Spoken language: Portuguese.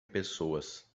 pessoas